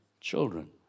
children